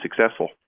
successful